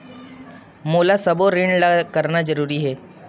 मोला सबो ऋण ला करना जरूरी हे?